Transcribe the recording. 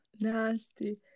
Nasty